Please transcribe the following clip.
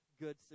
good